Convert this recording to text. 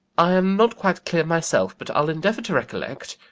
i am not quite clear myself but i'll endeavour to recollect.